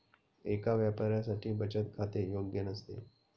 एका व्यापाऱ्यासाठी बचत खाते योग्य नसते